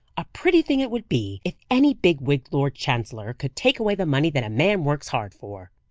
a pretty thing it would be if any big-wigged lord chancellor could take away the money that a man works hard for!